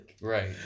right